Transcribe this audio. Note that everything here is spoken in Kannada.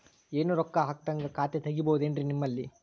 ಏನು ರೊಕ್ಕ ಹಾಕದ್ಹಂಗ ಖಾತೆ ತೆಗೇಬಹುದೇನ್ರಿ ನಿಮ್ಮಲ್ಲಿ?